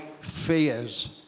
fears